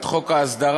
את חוק ההסדרה,